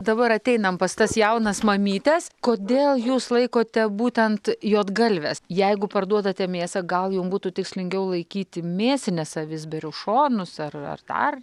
dabar ateinam pas tas jaunas mamytes kodėl jūs laikote būtent juodgalves jeigu parduodate mėsą gal jum būtų tikslingiau laikyti mėsines avis beriaušonus ar ar dar